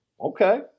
Okay